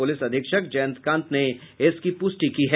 police अधीक्षक जयंतकांत ने इसकी पुस्टि की है